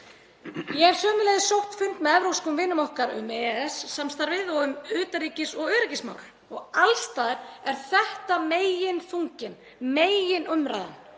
Ég hef sömuleiðis sótt fundi með evrópskum vinum okkar um EES-samstarfið og um utanríkis- og öryggismál og alls staðar er þetta meginþunginn, meginumræðan: